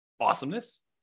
Awesomeness